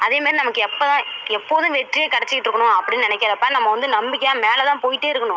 அதே மேரி நமக்கு எப்பதான் எப்போதும் வெற்றியே கிடச்சிட்டு இருக்கணும் அப்படின்னு நினைக்கறப்ப நம்ம வந்து நம்பிக்கையாக மேலே தான் போயிகிட்டே இருக்கணும்